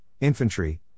infantry